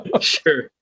Sure